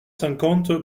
cinquante